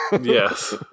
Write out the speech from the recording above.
Yes